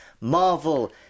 Marvel